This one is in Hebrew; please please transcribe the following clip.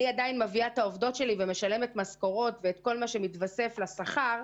אני עדיין מביאה את העובדות ומשלמת משכורות ואת כל מה שמתווסף לשכר,